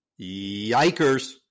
yikers